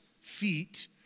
feet